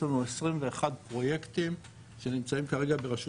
יש לנו 21 פרויקטים שנמצאים כרגע ברשות